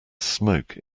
smoke